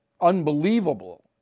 unbelievable